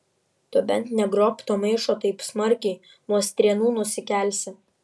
tu bent negrobk to maišo taip smarkiai nuo strėnų nusikelsi